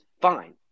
fine